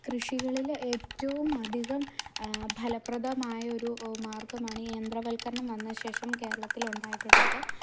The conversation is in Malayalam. കൃഷികളിലെ ഏറ്റവും അധികം ഫലപ്രദമായൊരു മാർഗ്ഗമാണ് യന്ത്രവൽക്കരണം വന്ന ശേഷം കേരളത്തിലുണ്ടായിട്ടുള്ളത്